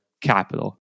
capital